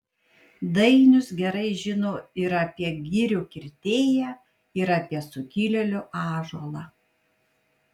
dainius gerai žino ir apie girių kirtėją ir apie sukilėlių ąžuolą